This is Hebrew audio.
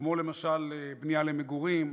כמו למשל בנייה למגורים,